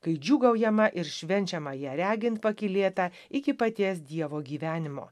kai džiūgaujama ir švenčiama ją regint pakylėtą iki paties dievo gyvenimo